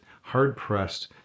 hard-pressed